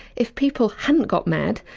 if people hadn't got mad,